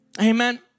Amen